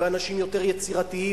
באנשים יותר יצירתיים,